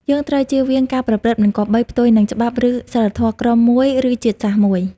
យើងត្រូវជៀសវាងការប្រព្រឹត្តមិនគប្បី ផ្ទុយនឹងច្បាប់ឬសីលធម៌ក្រុមមួយឬជាតិសាសន៍មួយ ។